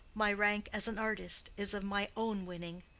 my rank as an artist is of my own winning,